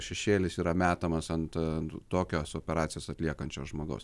šešėlis yra metamas ant tokias operacijas atliekančio žmogaus